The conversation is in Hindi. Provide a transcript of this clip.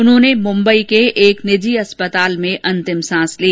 उन्होंने मुंबई के एक निर्जों अस्पताल में अंतिम सांस ली